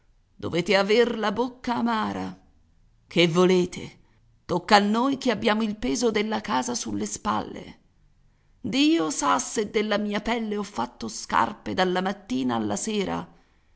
dovete aver la bocca amara che volete tocca a noi che abbiamo il peso della casa sulle spalle dio sa se della mia pelle ho fatto scarpe dalla mattina alla sera